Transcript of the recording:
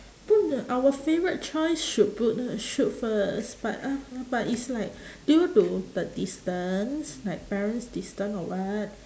put the our favourite choice should put th~ shoot first but uh but it's like due to the distance like parents distance or what